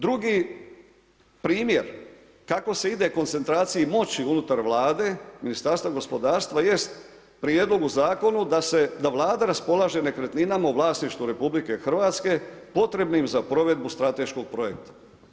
Drugi primjer kako se ide koncentraciji moći unutar Vlade, Ministarstva gospodarstva jest prijedlog u zakonu da se, da Vlada raspolaže nekretninama u vlasništvu RH potrebnim za provedbu strateškog projekta.